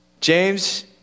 James